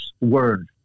word